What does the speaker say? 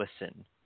listen